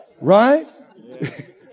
Right